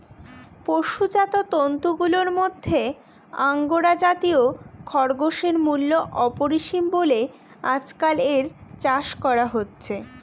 পশুজাত তন্তুগুলার মধ্যে আঙ্গোরা জাতীয় খরগোশের মূল্য অপরিসীম বলে আজকাল এর চাষ করা হচ্ছে